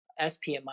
SPMI